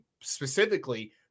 specifically